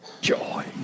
joy